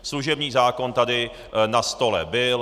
Služební zákon tady na stole byl.